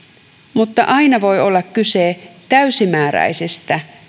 mutta aina voi olla kyse täysimääräisestä